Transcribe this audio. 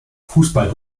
fußball